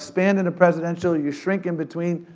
expand into presidential, you shrink in between,